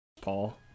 Paul